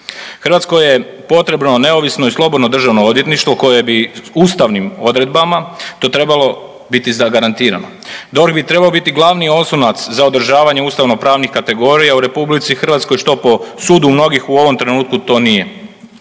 Hrvatskoj je potrebno neovisno i slobodno državno odvjetništvo koje bi ustavnim odredbama to trebalo biti zagarantirano. DORH bi trebao biti glavni oslonac za održavanje ustavno pravnih kategorija u RH što po sudu mnogih u ovom trenutku to nije.